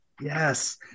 yes